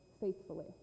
faithfully